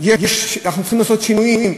אנחנו צריכים לעשות שינויים,